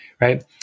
Right